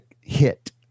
hit